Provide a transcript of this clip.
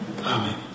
Amen